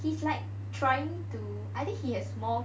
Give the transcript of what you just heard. he's like trying to either he has more